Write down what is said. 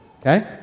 Okay